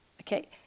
Okay